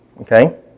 okay